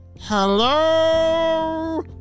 Hello